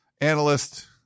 analyst